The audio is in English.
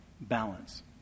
Balance